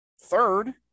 third